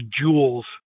jewels